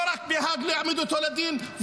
לא רק בהאג להעמיד אותו לדין,